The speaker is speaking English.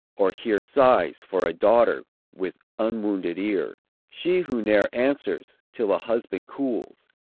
or hear sighs for a daughter with unwounded ear she who ne'er answers till a husband cools,